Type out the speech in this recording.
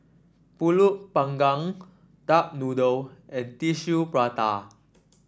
pulut panggang Duck Noodle and Tissue Prata